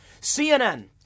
CNN